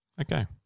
Okay